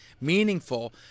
meaningful